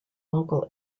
local